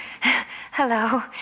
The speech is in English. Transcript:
Hello